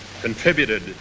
contributed